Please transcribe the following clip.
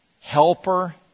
Helper